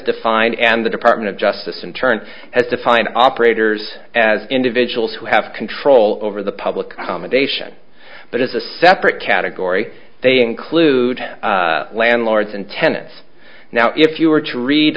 defined and the department of justice in turn has defined operators as individuals who have control over the public accommodation but as a separate category they include landlords and tenants now if you were to read